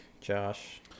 Josh